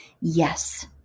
Yes